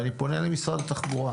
אני פונה למשרד התחבורה